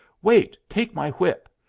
wait, take my whip.